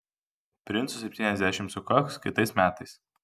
princui septyniasdešimt sukaks kitais metais